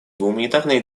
гуманитарной